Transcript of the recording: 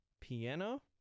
Piano